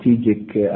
strategic